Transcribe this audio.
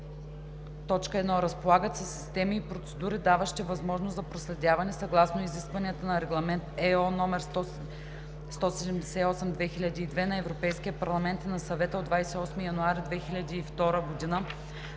1: 1. разполагат със системи и процедури, даващи възможност за проследяване, съгласно изискванията на Регламент (ЕО) № 178/2002 на Европейския парламент и на Съвета от 28 януари 2002 г.